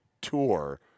Tour